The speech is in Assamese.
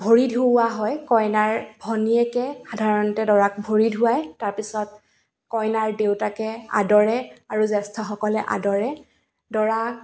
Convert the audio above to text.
ভৰি ধুওৱা হয় কইনাৰ ভনীয়েকে সাধাৰণতে দৰাক ভৰি ধুৱায় তাৰপিছত কইনাৰ দেউতাকে আদৰে আৰু জ্য়েষ্ঠসকলে আদৰে দৰাৰ